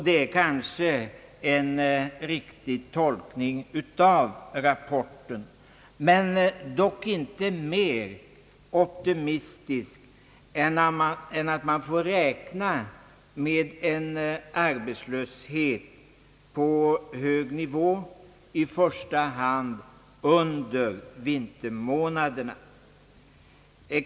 Det är kanske en riktig tolkning av rapporten, men den är dock inte mer optimistisk än att man får räkna med en arbetslöshet på hög nivå, i första hand under vintermånaderna.